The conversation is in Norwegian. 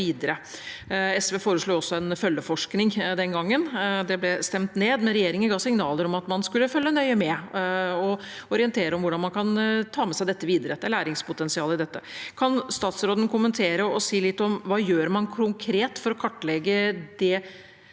SV foreslo også en følgeforskning den gangen. Det ble stemt ned, men regjeringen ga signaler om at man skulle følge nøye med og orientere om hvordan man kan ta med seg dette videre. Det er læringspotensial i dette. Kan statsråden kommentere og si litt om hva man gjør konkret for å kartlegge det